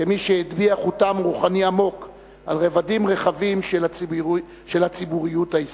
כמי שהטביע חותם רוחני עמוק על רבדים רחבים של הציבוריות הישראלית.